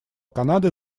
канады